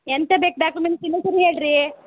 ಎಂತ ಬೇಕು ಡಾಕ್ಯುಮೆಂಟ್ಸ್ ಇನ್ನೊಂದ್ಸಾರಿ ಹೇಳಿರಿ